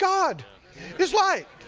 god is light.